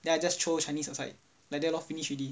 then I just throw chinese aside like that lor finish already